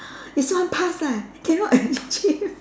this one pass leh cannot achieve